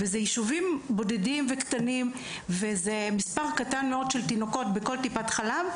מדובר ביישובים בודדים וקטנים ומספר קטן של תינוקות בכל טיפת חלב.